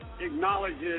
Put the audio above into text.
acknowledges